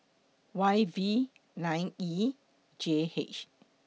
Y V nine E J H